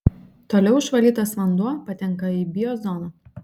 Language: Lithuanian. toliau išvalytas vanduo patenka į biozoną